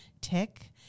tick